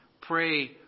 pray